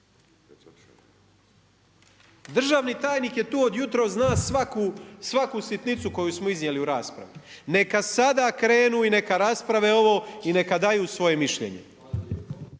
Državni tajnik je tu od jutros, zna svaku sitnicu koju smo iznijeli u raspravi. Neka sada krenu i neka rasprave ovo i neka daju svoje mišljenje.